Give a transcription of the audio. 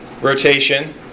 rotation